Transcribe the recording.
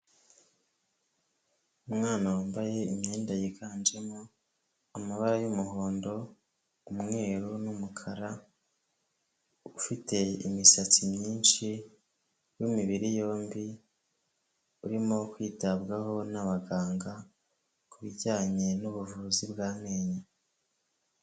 Umwana wambaye imyenda yiganjemo amabara y'umuhondo, umweru n'umukara, ufite imisatsi myinshi, w'imibiri yombi, urimo kwitabwaho n'abaganga ku bijyanye n'ubuvuzi bw'amenyo.